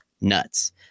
nuts